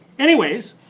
anyways,